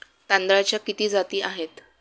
तांदळाच्या किती जाती आहेत?